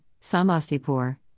Samastipur